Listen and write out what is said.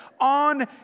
on